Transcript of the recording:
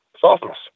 Softness